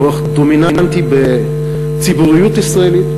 כוח דומיננטי בציבוריות הישראלית.